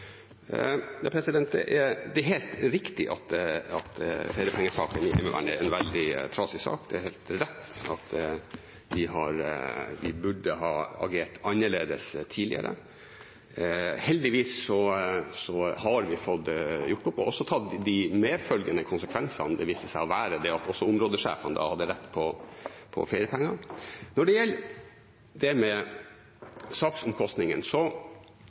Det er helt riktig at feriepengesaken i Heimevernet er en veldig trasig sak. Det er helt rett at vi burde ha agert annerledes tidligere. Heldigvis har vi fått gjort opp og også tatt de medfølgende konsekvensene det viste seg å ha, det at også områdesjefene hadde rett på feriepenger. Når det gjelder saksomkostningene, har også Stortinget sagt at det